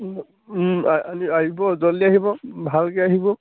আনি আহিব জল্দি আহিব ভালকৈ আহিব